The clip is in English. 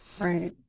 Right